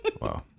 wow